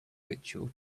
ritual